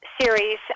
series